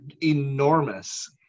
enormous